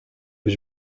być